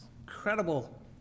Incredible